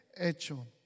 hecho